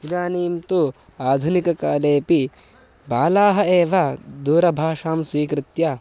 इदानीं तु आधुनिककालेपि बालाः एव दूरभाषां स्वीकृत्य